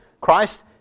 Christ